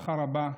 תודה רבה.